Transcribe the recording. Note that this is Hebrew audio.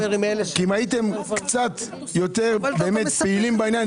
כי אם הייתם קצת יותר באמת פעילים בעניין,